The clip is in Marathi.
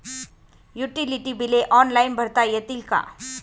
युटिलिटी बिले ऑनलाईन भरता येतील का?